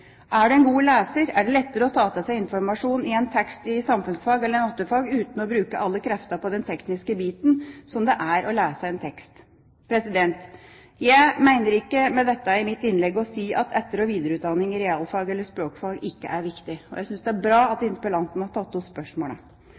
Er du en god leser, er det lettere å ta til seg informasjon i en tekst i samfunnsfag eller naturfag uten å bruke alle kreftene på den tekniske biten som det er å lese en tekst. Jeg mener ikke med dette innlegget å si at etter- og videreutdanning i realfag eller språkfag ikke er viktig. Tvert i mot, jeg synes det er bra at interpellanten har tatt opp spørsmålet.